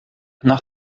nach